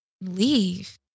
leave